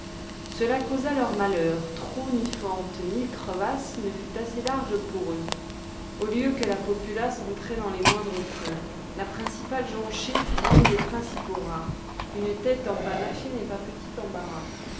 cela causa leur malheur trou ni fente ni crevasse ne fut large assez pour eux au lieu que la populace entrait dans les moindres creux la principale jonchée fut donc des principaux rats une tête empanachée n'est pas petit embarras